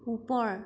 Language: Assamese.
ওপৰ